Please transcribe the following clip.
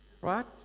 Right